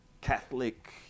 Catholic